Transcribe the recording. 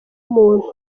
muntu